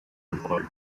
revolt